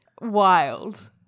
Wild